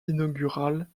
inaugurale